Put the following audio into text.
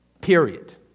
period